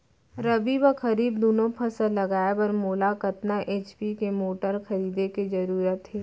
रबि व खरीफ दुनो फसल लगाए बर मोला कतना एच.पी के मोटर खरीदे के जरूरत हे?